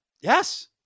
Yes